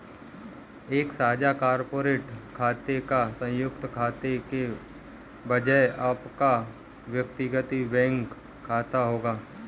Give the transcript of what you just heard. एक साझा कॉर्पोरेट खाते या संयुक्त खाते के बजाय आपका व्यक्तिगत बैंकिंग खाता होगा